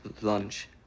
lunch